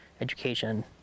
education